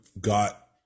got